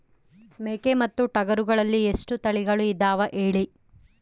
ಮೇಕೆ ಮತ್ತು ಟಗರುಗಳಲ್ಲಿ ಎಷ್ಟು ತಳಿಗಳು ಇದಾವ ಹೇಳಿ?